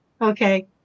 Okay